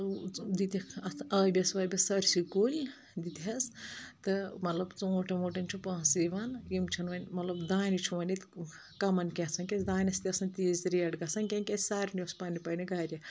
دِتِکھ اَتھ آبِس وٲبِس سٲرسٕے کُلۍ دِتہِ ہَس تہٕ مطلب ژوٗنٛٹھۍ ووٗنٛٹؠن چھُ پونٛسہٕ یِوان یِم چھِنہٕ وۄنۍ مطلب دانہِ چھُ وۄنۍ ییٚتہِ کمَن کیٛاہ ونکیٚس دانؠس تہِ ٲس نہٕ تیٖژ ریٹ گژھان کینٛہہ کِیازِ سارنٕے اوس پَننہِ پنٛنہِ گرِ